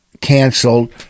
canceled